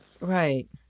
Right